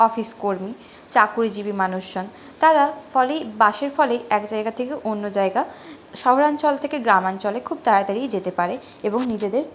অফিসকর্মী চাকুরিজীবী মানুষজন তারা ফলে বাসের ফলে এক জায়গা থেকে অন্য জায়গা শহরাঞ্চল থেকে গ্রামাঞ্চলে খুব তাড়াতাড়িই যেতে পারে এবং নিজেদের